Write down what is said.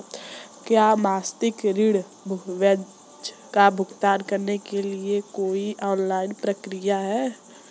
क्या मासिक ऋण ब्याज का भुगतान करने के लिए कोई ऑनलाइन प्रक्रिया है?